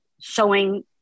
showing